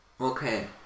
Okay